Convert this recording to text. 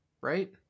right